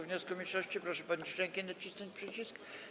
wniosku mniejszości, proszę podnieść rękę i nacisnąć przycisk.